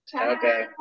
Okay